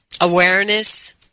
awareness